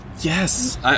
Yes